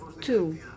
two